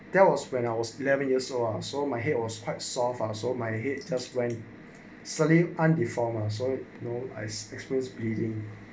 that was when I was eleven years old ah so my hair was quite my head test when suddenly undefined mah so no ice experts bleeding